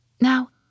Now